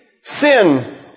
sin